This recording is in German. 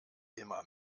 immer